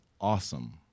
awesome